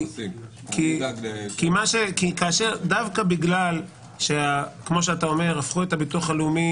כי דווקא בגלל הפכו את הביטוח הלאומי